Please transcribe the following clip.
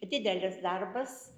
didelis darbas